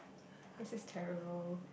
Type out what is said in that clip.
this is terrible